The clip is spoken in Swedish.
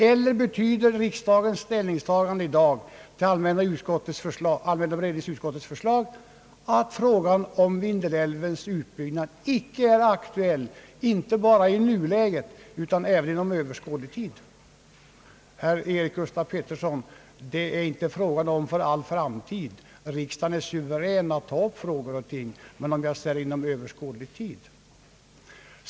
Eller betyder riksdagens ställningstagande i dag, på allmänna beredningsutskottets förslag, att frågan om Vindelälvens utbyggnad icke är aktuell — inte bara i nuläget utan även inom överskådlig tid? Herr Eric Gustaf Peterson, det är inte fråga om ett beslut för all framtid — riksdagen är suverän att ta upp frågor och spörsmål — utan för överskådlig tid.